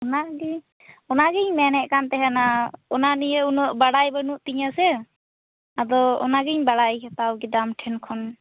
ᱚᱱᱟᱜᱮ ᱚᱱᱟᱜᱤᱧ ᱢᱮᱱᱮᱫ ᱠᱟᱱ ᱛᱟᱦᱮᱱᱟ ᱚᱱᱟ ᱱᱤᱭᱮ ᱩᱱᱟᱹᱜ ᱵᱟᱲᱟᱭ ᱵᱟ ᱱᱩᱜ ᱛᱤᱧᱟᱹ ᱥᱮ ᱟᱫᱚ ᱚᱱᱟᱜᱤᱧ ᱵᱟᱲᱟᱭ ᱦᱟᱛᱟᱣ ᱠᱮᱫᱟ ᱟᱢ ᱴᱷᱮᱱ ᱠᱷᱚᱱ